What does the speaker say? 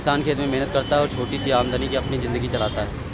किसान खेत में मेहनत करता है और छोटी सी आमदनी में अपनी जिंदगी चलाता है